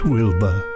Wilbur